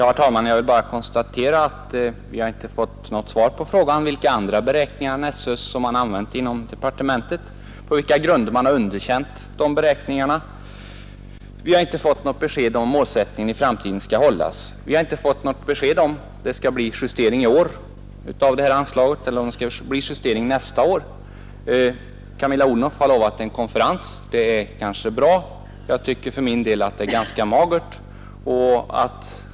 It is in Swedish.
Herr talman! Jag vill bara konstatera att vi inte har fått något svar på frågan vilka andra beräkningar än skolöverstyrelsens som har använts inom departementet och på vilka grunder man har underkänt dessa beräkningar. Vi har inte fått något besked om målsättningen i framtiden skall hållas. Vi har inte fått något besked i frågan om det skall bli en justering i bidragsgivningen i år, inte heller om det skall bli en justering nästa år. Statsrådet Odhnoff har lovat en konferens, och det kan vara bra, men jag tycker för min del att detta svar är ganska magert.